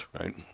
Right